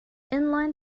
inline